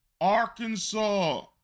Arkansas